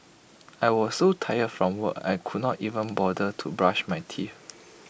I was so tired from work I could not even bother to brush my teeth